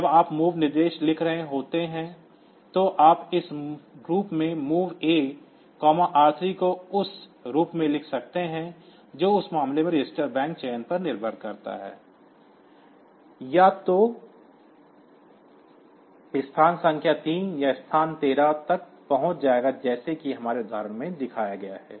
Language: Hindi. जब आप MOV निर्देश लिख रहे होते हैं तो आप इस रूप में MOV A R3 को उस रूप में लिख सकते हैं जो उस मामले में रजिस्टर बैंक चयन पर निर्भर करता है यह या तो स्थान संख्या 3 या स्थान 13 तक पहुंच जाएगा जैसा कि हमारे उदाहरण में दिखाया गया है